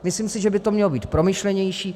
Myslím si, že by to mělo být promyšlenější.